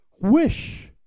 wish